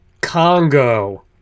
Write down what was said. Congo